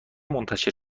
منتشر